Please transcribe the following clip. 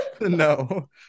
no